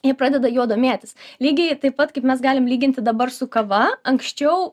jie pradeda juo domėtis lygiai taip pat kaip mes galim lyginti dabar su kava anksčiau